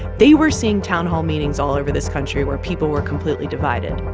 they were seeing town hall meetings all over this country where people were completely divided.